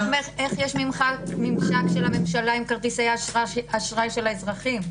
איך יש ממשק של הממשלה עם כרטיסי האשראי של האזרחים?